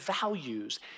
values